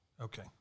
Okay